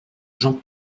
j’en